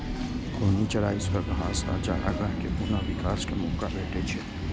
घूर्णी चराइ सं घास आ चारागाह कें पुनः विकास के मौका भेटै छै